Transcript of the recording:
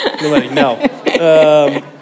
No